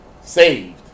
saved